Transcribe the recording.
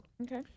Okay